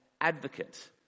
advocate